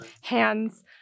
hands